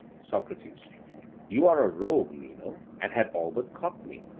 socrates you are a rogue, meno, and had all but caught me.